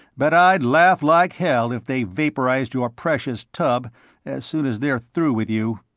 but i'd laugh like hell if they vaporized your precious tub as soon as they're through with you.